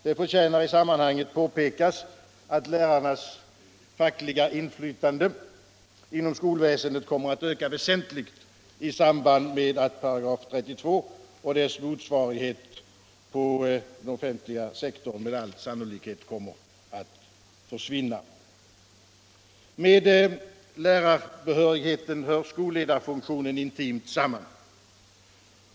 Det förtjänar i sammanhanget påpekas att lärarnas fackliga inflytande inom skolväsendet kommer att öka väsentligt i samband med att § 32 och dess motsvarighet på den offentliga sektorn med all sannolikhet kommer att försvinna. Med lärarbehörigheten hör skolledarfunktionen intimt samman.